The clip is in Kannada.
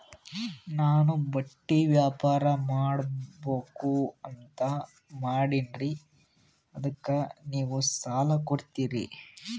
ನಾನು ಬಟ್ಟಿ ವ್ಯಾಪಾರ್ ಮಾಡಬಕು ಅಂತ ಮಾಡಿನ್ರಿ ಅದಕ್ಕ ನೀವು ಸಾಲ ಕೊಡ್ತೀರಿ?